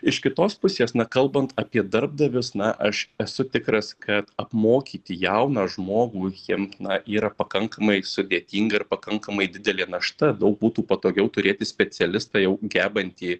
iš kitos pusės na kalbant apie darbdavius na aš esu tikras kad apmokyti jauną žmogų jiem na yra pakankamai sudėtinga ir pakankamai didelė našta daug būtų patogiau turėti specialistą jau gebantį